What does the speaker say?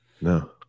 No